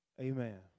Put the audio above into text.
Amen